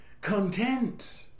content